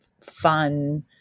fun